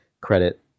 credit